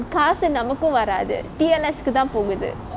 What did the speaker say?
காசு நமக்கூ வராது:kaasu namakku varathu T_L_S கு தா போகுது:ku thaa poguthu